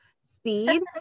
speed